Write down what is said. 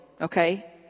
Okay